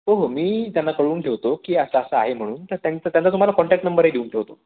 हो हो मी त्यांना कळवून ठेवतो की असं असं आहे म्हणून तर त्यांचं त्यांना तुमचा कॉन्टॅक्ट नंबरही देऊन ठेवतो